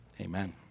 Amen